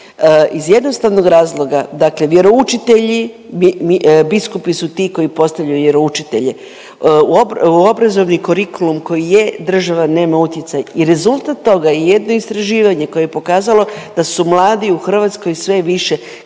Iz jednostavnog razloga, dakle vjeroučitelji, biskupi su ti koji postavljaju vjeroučitelje. U obrazovni kurikulum koji je država nema utjecaj i rezultat toga je i jedno istraživanje koje je pokazalo da su mladi u Hrvatskoj sve više konzervativniji.